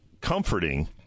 comforting